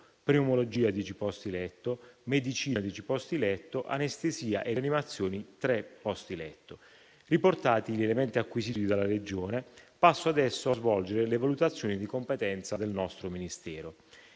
pneumologia (10 posti letto), medicina (10 posti letto), anestesia e rianimazione (3 posti letto). Riportati gli elementi acquisiti dalla Regione, passo adesso a svolgere le valutazioni di competenza del nostro Ministero.